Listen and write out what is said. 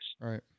Right